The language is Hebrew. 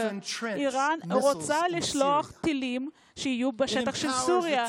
איראן רוצה לשלוח טילים לשטח סוריה,